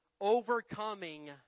overcoming